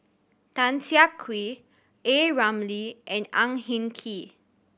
Tan Siah Kwee A Ramli and Ang Hin Kee